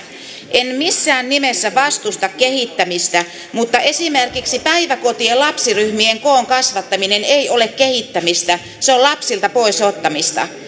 en missään nimessä vastusta kehittämistä mutta esimerkiksi päiväkotien lapsiryhmien koon kasvattaminen ei ole kehittämistä se on lapsilta pois ottamista